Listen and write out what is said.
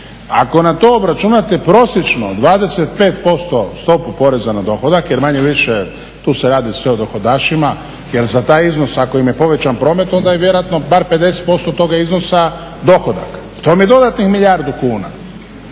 Ako na to obračunate prosječno 25% stopu poreza na dohodak jer manje-više tu se radi sve o dohodašima jer za taj iznos ako im je povećan promet onda je vjerojatno bar 50% toga iznosa dohodak. To vam je dodatnih milijardu kuna.